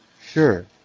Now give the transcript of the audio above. Sure